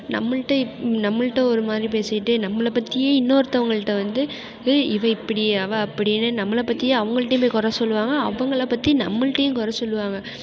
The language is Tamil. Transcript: நம்மகிட்ட நம்மகிட்ட ஒரு மாதிரி பேசிவிட்டு நம்மளை பற்றியே இன்னொருத்தவங்கள்கிட்ட வந்து ஹே இவள் இப்படி அவள் அப்படின்னு நம்மளை பற்றியே அவங்கள்ட்டயும் போய் குறை சொல்லுவாங்க அவங்களை பற்றி நம்மகிட்டயும் குறை சொல்லுவாங்க